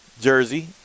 jersey